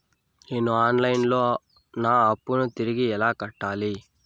నేను online లో నా అప్పును తిరిగి ఎలా కట్టాలి?